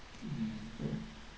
mmhmm